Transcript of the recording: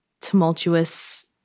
tumultuous